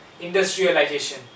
industrialization